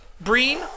Breen